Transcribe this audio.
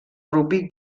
rugbi